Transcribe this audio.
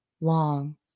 long